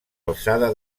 alçada